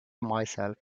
myself